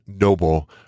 noble